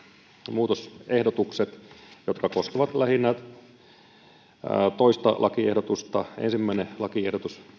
muutosehdotukset jotka koskevat lähinnä toinen lakiehdotusta ensimmäinen lakiehdotus